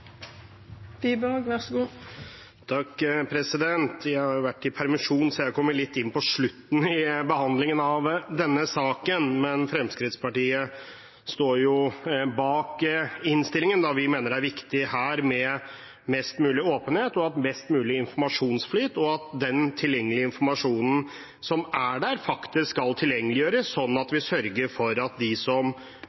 i permisjon, så jeg kom inn på slutten av behandlingen av denne saken. Fremskrittspartiet står bak innstillingen da vi her mener det er viktig med mest mulig åpenhet og best mulig informasjonsflyt, og at den tilgjengelige informasjonen som er der, faktisk skal tilgjengeliggjøres, sånn at